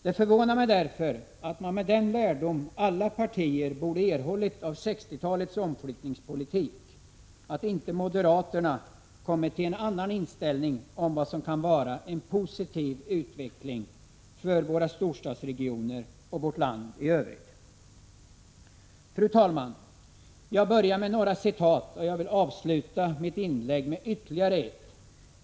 Det förvånar mig därför att moderaterna, med den lärdom alla partier borde ha tagit av 1960-talets omflyttningspolitik, inte har kommit till en annan inställning i fråga om vad som kan vara en positiv utveckling för våra storstadsregioner och vårt land i övrigt. Fru talman! Jag började med några citat, och jag vill avsluta mitt inlägg med ytterligare ett.